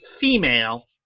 female